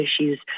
issues